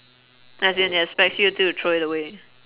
as in he expects you to throw it away